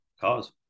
cause